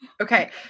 Okay